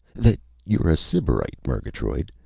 that you're a sybarite, murgatroyd.